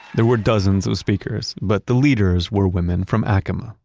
there were dozens of speakers, but the leaders were women from acoma.